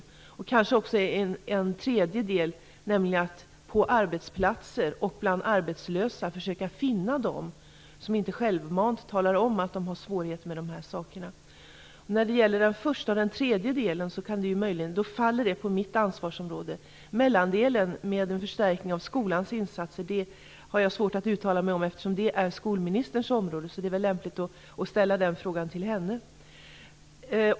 Det finns kanske också en tredje del, nämligen att på arbetsplatser och bland arbetslösa försöka finna dem som inte självmant talar om att de har svårigheter med de här sakerna. Den första och den tredje delen faller inom mitt ansvarsområde. Mellandelen, med en förstärkning av skolans insatser, har jag svårt att uttala mig om, eftersom det är skolministerns område. Det är väl lämpligt att ställa den frågan till henne.